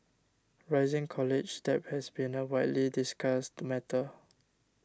rising college debt has been a widely discussed matter